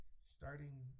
starting